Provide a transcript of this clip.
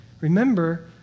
Remember